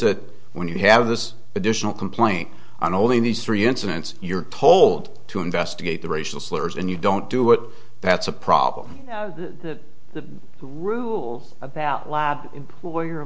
that when you have this additional complaint on all these three incidents you're told to investigate the racial slurs and you don't do it that's a problem the rules about lab employer